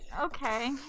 Okay